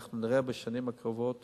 אנחנו נראה בשנים הקרובות